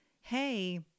hey